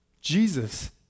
Jesus